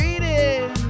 Reading